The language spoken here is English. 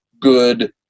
good